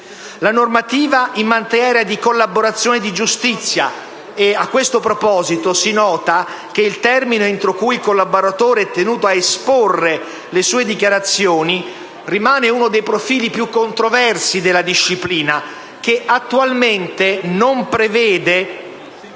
la normativa in materia di collaborazione di giustizia (a questo proposito si nota che il termine entro cui il collaboratore è tenuto a esporre le sue dichiarazioni rimane uno dei profili più controversi della disciplina, che attualmente non prevede